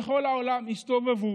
הסתובבו